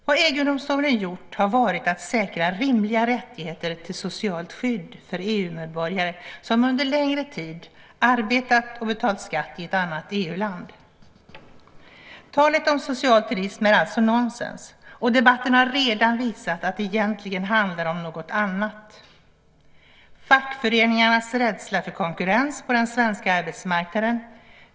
Vad EG-domstolen har gjort är att säkra rimliga rättigheter till socialt skydd för EU-medborgare som under längre tid arbetat och betalat skatt i ett annat EU-land. Talet om social turism är alltså nonsens. Debatten har redan visat att det egentligen handlar om något annat, nämligen fackföreningarnas rädsla för konkurrens på den svenska arbetsmarknaden.